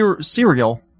cereal